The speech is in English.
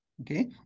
okay